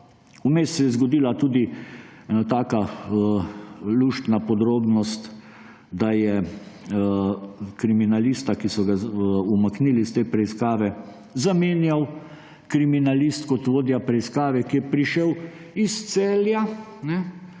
Vmes se je zgodila tudi ena taka luštna podrobnost, da je kriminalista, ki so ga umaknili iz te preiskave, zamenjal kriminalist kot vodja preiskave, ki je prišel iz Celja, kjer